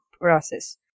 process